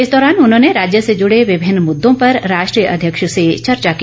इस दौरान उन्होंने राज्य से जुड़े विभिन्न मुद्दों पर राष्ट्रीय अध्यक्ष से चर्चा की